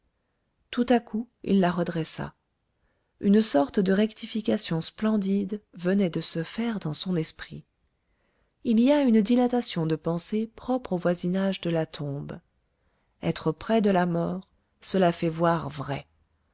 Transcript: tout à coup il la redressa une sorte de rectification splendide venait de se faire dans son esprit il y a une dilatation de pensée propre au voisinage de la tombe être près de la mort cela fait voir vrai